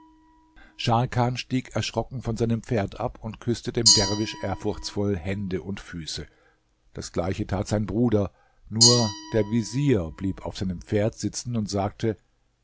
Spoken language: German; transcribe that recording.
scharkan stieg erschrocken von seinem pferd ab und küßte dem derwisch ehrfurchtsvoll hände und füße das gleiche tat sein bruder nur der vezier blieb auf seinem pferd sitzen und sagte